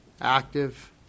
active